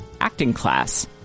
ActingClass